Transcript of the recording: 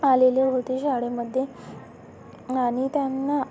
आलेले होते शाळेमध्ये आणि त्यांना